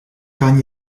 kan